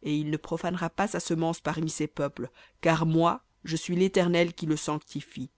et il ne profanera pas sa semence parmi ses peuples car moi je suis l'éternel qui le sanctifie